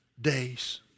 days